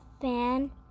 Fan